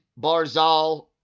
Barzal